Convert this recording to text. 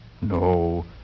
No